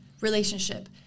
relationship